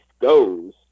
goes